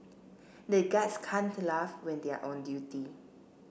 the guards can't laugh when they are on duty